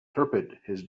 his